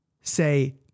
say